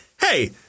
hey